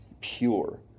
pure